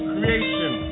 Creation